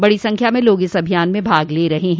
बडी संख्या में लोग इस अभियान में भाग ले रहे हैं